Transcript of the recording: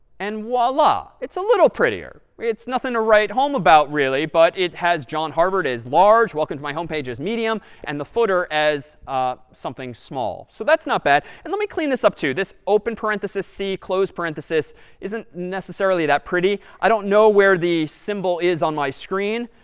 and voila, it's a little prettier. it's nothing to write home about, really, but it has john harvard as large, welcome to my home page as medium, and the footer as something small. so that's not bad. and let me clean this up, too. this open parentheses c close parentheses isn't necessarily that pretty. i don't know where the symbol is on my screen,